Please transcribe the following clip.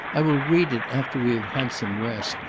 i will read it after we have had some rest.